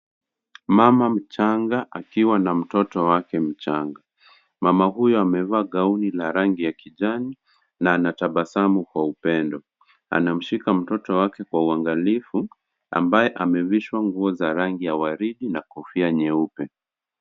Mama mchana akiwa na mtoto wake mchanga ,mama huyu amevaa gauni la rangi ya kijani na anatabasamu kwa upendo anamshika mtoto wake kwa uangalifu ambaye amevishwa nguo za waride na kofia nyeupe.